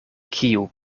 kiu